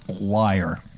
liar